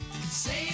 Save